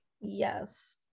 Yes